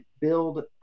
build